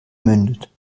mündet